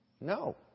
No